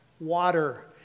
water